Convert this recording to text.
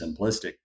simplistic